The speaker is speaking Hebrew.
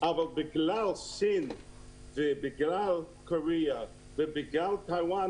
אבל בגלל סין ובגלל קוריאה וטאיוואן